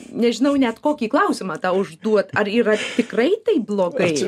nežinau net kokį klausimą tau užduot ar yra tikrai taip blogai